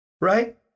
right